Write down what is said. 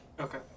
Okay